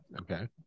Okay